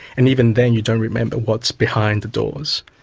and even then you don't remember what's behind the doors.